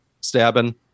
stabbing